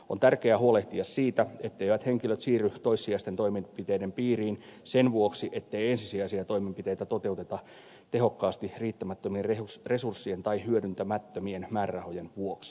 on tärkeää huolehtia siitä etteivät henkilöt siirry toissijaisten toimenpiteiden piiriin sen vuoksi ettei ensisijaisia toimenpiteitä toteuteta tehokkaasti riittämättömien resurssien tai hyödyntämättömien määrärahojen vuoksi